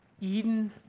Eden